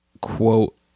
quote